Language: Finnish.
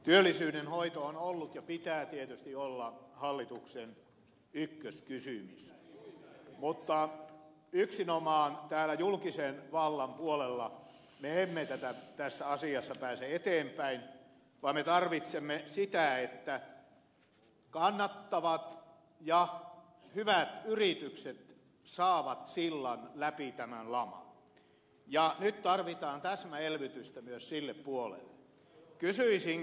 työllisyyden hoito on ollut ja sen pitää tietysti olla hallituksen ykköskysymys mutta yksinomaan täällä julkisen vallan puolella me emme tässä asiassa pääse eteenpäin vaan me tarvitsemme sitä että kannattavat ja hyvät yritykset saavat sillan läpi tämän laman ja nyt tarvitaan täsmäelvytystä myös sille puolelle